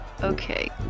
Okay